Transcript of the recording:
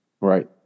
Right